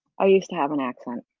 i used to have an accent.